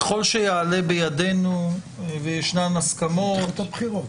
ככל שיעלה בידנו וישנן הסכמות --- מבחינתי